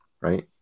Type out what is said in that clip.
right